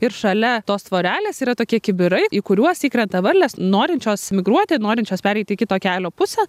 ir šalia tos tvorelės yra tokie kibirai į kuriuos įkrenta varlės norinčios migruoti norinčios pereiti į kito kelio pusę